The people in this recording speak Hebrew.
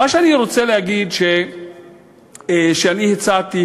מה שאני רוצה להגיד: כשאני הצעתי,